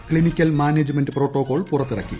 clinical management protocol പുറത്തിറക്കി